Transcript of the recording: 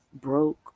Broke